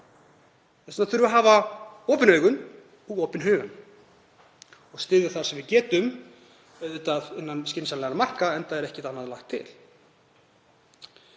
Þess vegna þurfum við að hafa opin augu og opinn hug og styðja það sem við getum, auðvitað innan skynsamlegra marka, enda er ekkert annað lagt til.